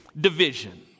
division